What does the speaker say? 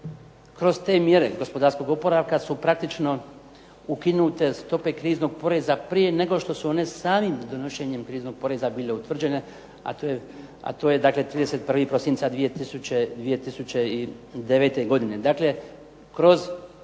kroz te mjere gospodarskog oporavka su praktično ukinute stope kriznog poreza prije nego što su one samim donošenjem kriznog poreza bile utvrđene, a to je dakle 31. prosinca 2009. godine.